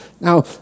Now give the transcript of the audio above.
Now